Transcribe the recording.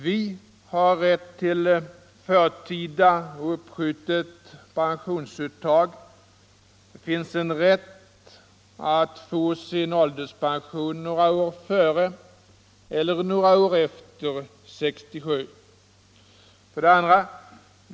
Vi har rätt till förtida och uppskjutet pensionsuttag — det finns en rätt att få sin ålderspension några år före eller några år efter 67 års ålder. 2.